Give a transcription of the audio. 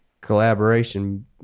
collaboration